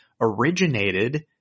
originated